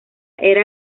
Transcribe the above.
era